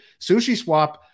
SushiSwap